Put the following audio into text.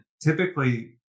typically